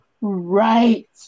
right